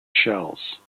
shells